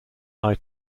eye